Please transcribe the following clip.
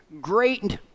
great